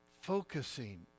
focusing